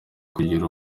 kugira